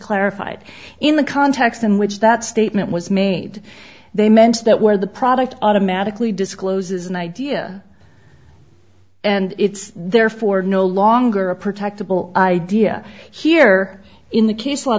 clarified in the context in which that statement was made they meant that where the product automatically discloses an idea and it's therefore no longer a protectable idea here in the case law